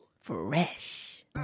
Fresh